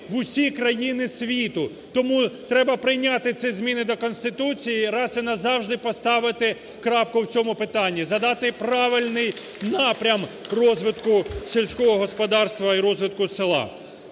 в усі країни світу. Тому треба прийняті ці зміни до Конституції і раз і назавжди поставити крапку в цьому питанні, задати правильний напрям розвитку сільського господарства і розвитку села.